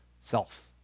self